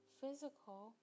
physical